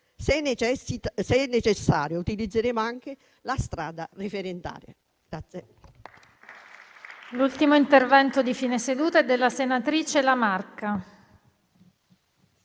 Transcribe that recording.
Se necessario, utilizzeremo anche la strada referendaria.